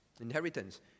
Inheritance